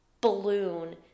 balloon